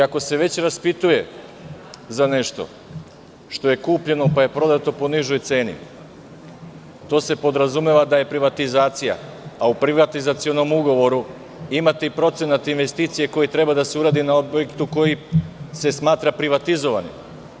Ako se već raspituje za nešto što je kupljeno, pa je prodato po nižoj ceni, to se podrazumeva da je privatizacija, a u privatizacionom ugovoru imate i procenat investicije koji treba da se uradi na objektu koji se smatra privatizovanim.